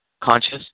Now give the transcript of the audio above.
Conscious